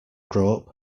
grow